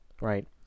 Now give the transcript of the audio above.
right